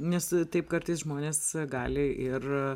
nes taip kartais žmonės gali ir